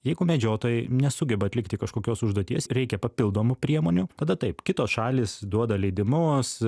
jeigu medžiotojai nesugeba atlikti kažkokios užduoties reikia papildomų priemonių tada taip kitos šalys duoda leidimus